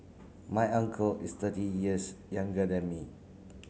my uncle is thirty years younger than me